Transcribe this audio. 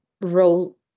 role